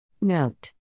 Note